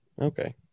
okay